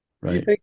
right